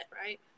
right